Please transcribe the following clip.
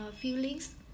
feelings